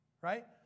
right